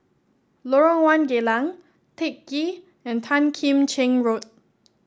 Lorong One Geylang Teck Ghee and Tan Kim Cheng Road